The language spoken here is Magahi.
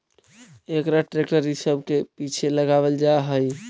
एकरा ट्रेक्टर इ सब के पीछे लगावल जा हई